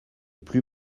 plus